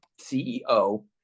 CEO